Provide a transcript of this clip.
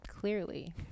Clearly